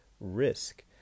risk